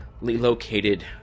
located